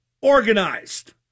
organized